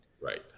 Right